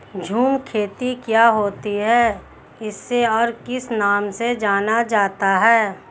झूम खेती क्या होती है इसे और किस नाम से जाना जाता है?